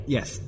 Yes